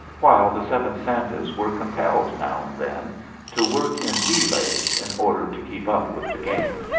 while the seven santas were compelled now and then to work in relays in order to keep up with the game.